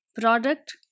product